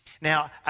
Now